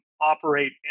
operate